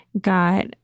got